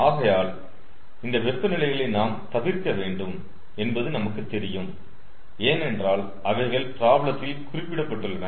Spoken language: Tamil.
ஆகையால் இந்த வெப்ப நிலைகளை நாம் தவிர்க்க வேண்டும் என்பது நமக்கு தெரியும் ஏனென்றால் அவைகள் ப்ராப்ளத்தில் குறிப்பிடப்பட்டுள்ளன